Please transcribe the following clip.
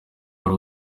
hari